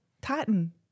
Titan